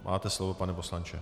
Máte slovo, pane poslanče.